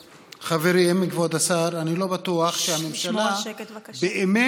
חברים, כבוד השר, אני לא בטוח שהממשלה באמת